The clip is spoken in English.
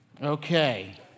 Okay